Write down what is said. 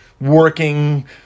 working